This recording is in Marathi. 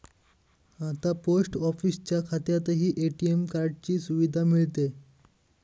आता पोस्ट ऑफिसच्या खात्यातही ए.टी.एम कार्डाची सुविधा मिळते